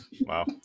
wow